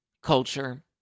Culture